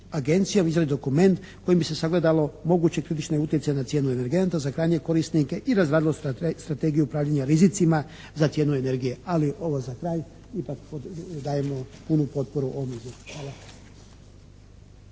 Agencijom izradi dokument kojim bi se sagledalo mogući kritični utjecaj na cijenu energenata za krajnje korisnike i razradilo strategiju upravljanja rizicima za cijenu energije. Ali ovo za kraj ipak dajemo punu potporu ovom izvješću. Hvala.